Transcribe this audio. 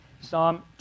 Psalm